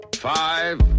Five